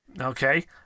Okay